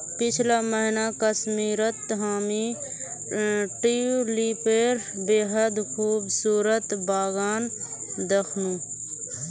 पीछला महीना कश्मीरत हामी ट्यूलिपेर बेहद खूबसूरत बगान दखनू